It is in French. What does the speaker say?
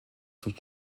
sont